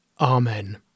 Amen